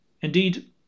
indeed